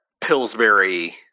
Pillsbury